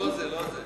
לא זה.